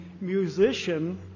musician